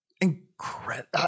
incredible